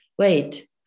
Wait